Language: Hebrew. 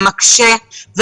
מקשה,